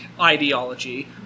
ideology